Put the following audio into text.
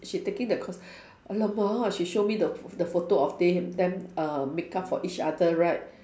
she taking the course !alamak! she show me the the photo of they them uh makeup for each other right